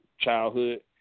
childhood